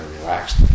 Relaxed